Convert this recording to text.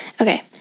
Okay